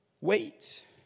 wait